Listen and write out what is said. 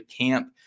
camp